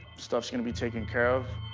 stuff's gonna be taken care of.